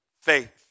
faith